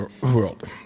world